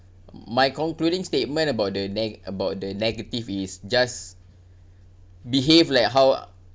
my concluding statement about the ne~ about the negative is just behave like how